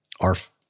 ARF